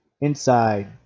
Inside